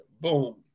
boom